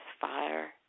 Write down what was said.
fire